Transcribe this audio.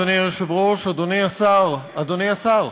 אדוני היושב-ראש, אדוני השר, אדוני השר,